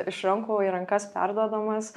iš rankų į rankas perduodamas